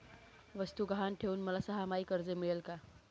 वस्तू गहाण ठेवून मला सहामाही कर्ज मिळेल का?